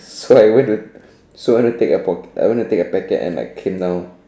so I went to so I went to take a pork I went to take a packet and like came down